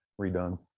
redone